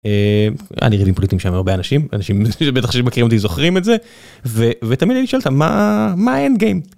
אני רגעים שם הרבה אנשים אנשים זוכרים את זה ואת המילה שלך מה מה האנד גיים.